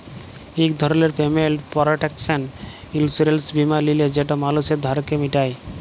ইক ধরলের payment protection insurance বীমা লিলে যেট মালুসের ধারকে মিটায়